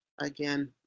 Again